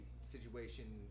situation